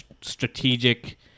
strategic